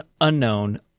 unknown